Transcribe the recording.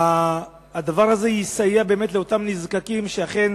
הדבר הזה יסייע באמת לאותם נזקקים שאכן